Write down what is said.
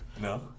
no